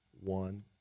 one